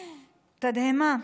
תדהמה.